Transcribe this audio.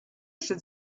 should